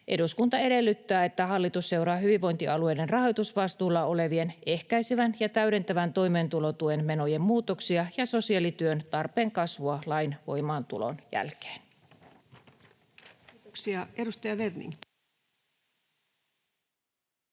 ”eduskunta edellyttää, että hallitus seuraa hyvinvointialueiden rahoitusvastuulla olevien ehkäisevän ja täydentävän toimeentulotuen menojen muutoksia ja sosiaalityön tarpeen kasvua lain voimaantulon jälkeen”. [Speech 167] Speaker: